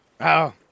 -oh